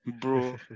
Bro